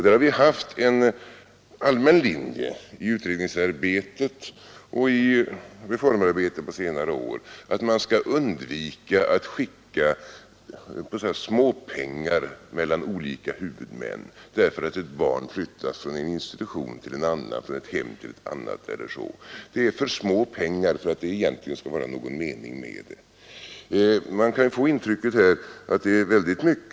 Där har vi följt en allmän linje i utredningsarbetet och i reformarbetet under senare år, nämligen att man skall undvika att skicka småpengar mellan olika huvudmän därför att ett barn flyttat från en institution till en annan eller från ett hem till ett annat. Det gäller för ringa belopp för att det skall vara någon mening med det. Man kan dock få intrycket att det gäller väldigt stora summor.